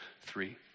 three